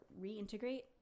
reintegrate